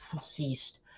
ceased